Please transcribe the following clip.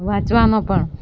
વાંચવાનો પણ